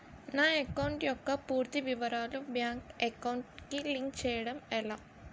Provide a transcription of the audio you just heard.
నా అకౌంట్ యెక్క పూర్తి వివరాలు బ్యాంక్ అకౌంట్ కి లింక్ చేయడం ఎలా?